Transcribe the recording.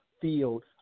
field